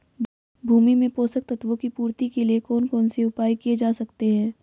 भूमि में पोषक तत्वों की पूर्ति के लिए कौन कौन से उपाय किए जा सकते हैं?